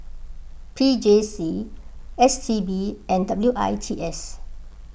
P J C S T B and W I T S